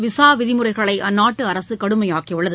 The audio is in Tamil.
விசா விதிமுறைகளை அந்நாட்டு அரசு கடுமையாக்கி உள்ளது